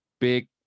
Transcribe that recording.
big